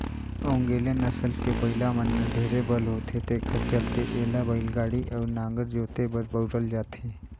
ओन्गेले नसल के बइला मन में ढेरे बल होथे तेखर चलते एला बइलागाड़ी अउ नांगर जोते बर बउरल जाथे